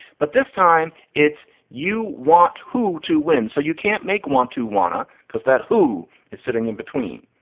but this time it's you want who to win. so you can't make want to want to because that who is sitting in between.